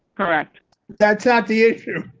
correct that's at the issue.